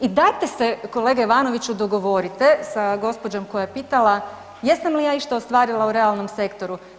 I dajte se kolega Ivanoviću dogovorite sa gospođom koja je pitala jesam li ja išta ostvarila u realnom sektoru.